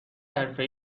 حرفه